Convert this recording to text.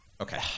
okay